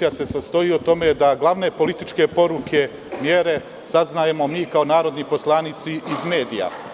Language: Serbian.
ona se sastoji u tome da glavne političke poruke, mere, saznajemo mi kao narodni poslanici iz medija.